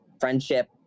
friendship